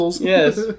Yes